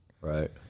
right